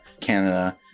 Canada